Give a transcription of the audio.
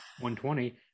120